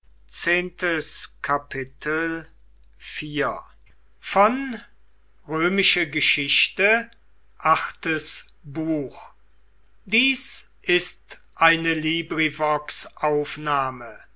sind ist eine